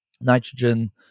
nitrogen